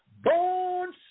born